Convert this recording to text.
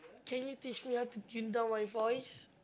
can you teach me how to tune down my voice